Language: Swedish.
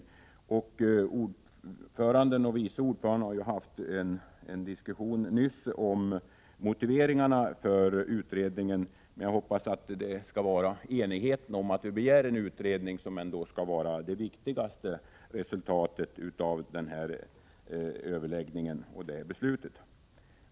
Utskottets ordförande och vice ordförande har ju här haft en diskussion om motiveringarna för tillsättandet av en utredning, men jag hoppas att enigheten om att begära en sådan ändå skall vara det viktigaste resultatet av denna överläggning och det efterföljande beslutet.